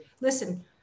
Listen